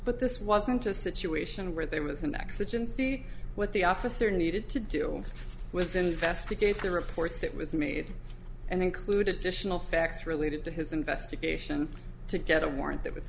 but this wasn't a situation where there was an accident what the officer needed to do with investigates the report that was made and include additional facts related to his investigation to get a warrant that w